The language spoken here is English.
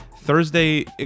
Thursday